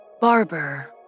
barber